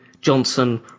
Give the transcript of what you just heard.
johnson